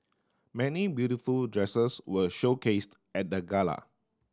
many beautiful dresses were showcased at the gala